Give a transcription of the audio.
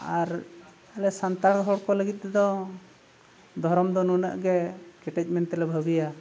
ᱟᱨ ᱟᱞᱮ ᱥᱟᱱᱛᱟᱲ ᱦᱚᱲ ᱠᱚ ᱞᱟᱹᱜᱤᱫ ᱛᱮᱫᱚ ᱫᱷᱚᱨᱚᱢ ᱫᱚ ᱱᱩᱱᱟᱹᱜ ᱜᱮ ᱠᱮᱴᱮᱡ ᱢᱮᱱᱛᱮᱞᱮ ᱵᱷᱟᱹᱵᱤᱭᱟ